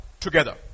Together